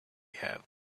have